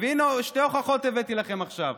והינה, שתי הוכחות הבאתי לכם עכשיו: